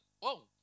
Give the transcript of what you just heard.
whoa